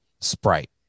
Sprite